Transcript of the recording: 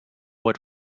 what